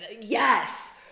yes